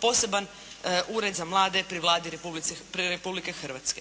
poseban Ured za mlade pri Vlade Republike Hrvatske.